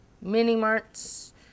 mini-marts